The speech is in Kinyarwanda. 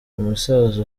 umusaza